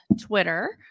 Twitter